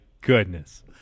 goodness